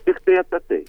tiktai apie tai